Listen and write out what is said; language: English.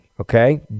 okay